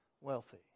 wealthy